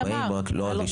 אנחנו באים לא רק לשמוע,